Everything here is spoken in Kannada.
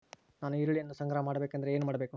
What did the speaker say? ನಾನು ಈರುಳ್ಳಿಯನ್ನು ಸಂಗ್ರಹ ಮಾಡಬೇಕೆಂದರೆ ಏನು ಮಾಡಬೇಕು?